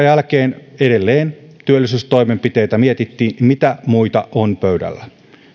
jälkeen edelleen työllisyystoimenpiteitä mietittiin sitä mitä muita on pöydällä